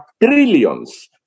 trillions